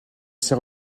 sert